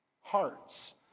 hearts